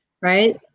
right